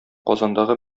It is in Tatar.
казандагы